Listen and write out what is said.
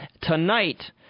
Tonight